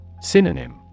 Synonym